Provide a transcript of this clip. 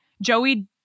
Joey